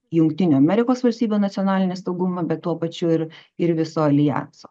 jungtinių amerikos valstybių nacionalinį saugumą bet tuo pačiu ir ir viso aljanso